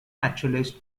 naturalist